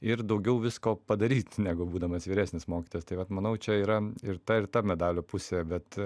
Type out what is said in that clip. ir daugiau visko padaryt negu būdamas vyresnis mokytojas tai vat manau čia yra ir ta ir ta medalio pusė bet